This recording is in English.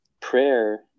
prayer